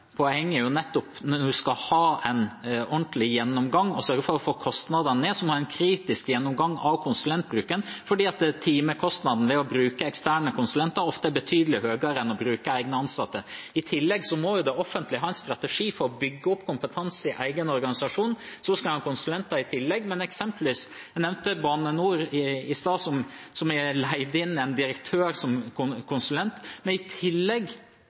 Poenget er nettopp at når en skal ha en ordentlig gjennomgang og sørge for å få kostnadene ned, må en ha en kritisk gjennomgang av konsulentbruken, for timekostnaden ved å bruke eksterne konsulenter ofte er betydelig høyere enn ved å bruke egne ansatte. I tillegg må det offentlige ha en strategi for å bygge opp kompetanse i egen organisasjon. Så skal en ha konsulenter i tillegg. Jeg nevnte Bane NOR i stad, som har leid inn en direktør som konsulent. I tillegg